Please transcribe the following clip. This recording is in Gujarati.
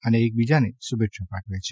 અને એકબીજાને શુભેચ્છા પાઠવે છે